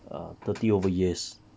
err thirty over years